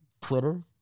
Twitter